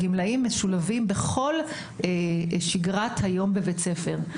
הגמלאים משולבים בכל שגרת היום בבית הספר: